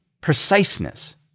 preciseness